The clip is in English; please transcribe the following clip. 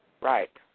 Right